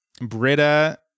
Britta